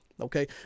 okay